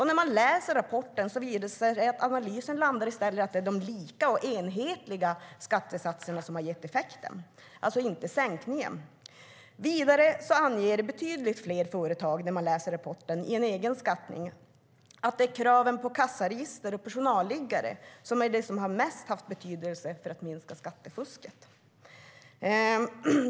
När man läser rapporten visar det sig att analysen landar i att det är de lika och enhetliga skattesatserna som har gett effekten och alltså inte sänkningen. Vidare anger betydligt fler företagare, enligt rapporten, i egen skattning att kraven på kassaregister och personalliggare är det som mest har haft betydelse för att minska skattefusket.